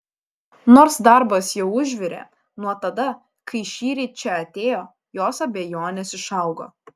nors darbas jau užvirė nuo tada kai šįryt čia atėjo jos abejonės išaugo